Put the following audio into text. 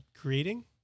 creating